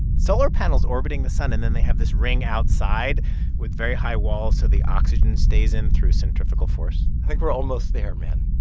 solar panels orbiting the sun, and then they have this ring outside with very high walls so the oxygen stays in through centrifugal force i think we're almost there, man.